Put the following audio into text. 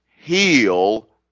heal